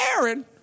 Aaron